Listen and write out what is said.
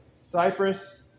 Cyprus